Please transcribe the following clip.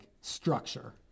structure